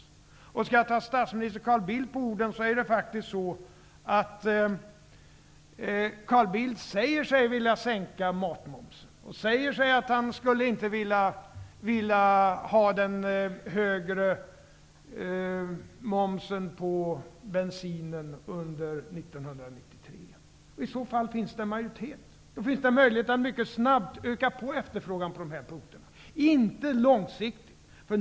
Om jag skall ta statsminister Carl Bildt på orden är det faktiskt på det sättet att han säger sig vilja sänka matmomsen och säger sig inte vilja ha den högre momsen på bensin under 1993. I så fall finns det en majoritet för det, och då finns det möjlighet att mycket snabbt öka på efterfrågan på dessa punkter, men inte långsiktigt.